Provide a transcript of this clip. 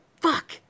fuck